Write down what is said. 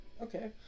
okay